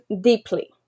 deeply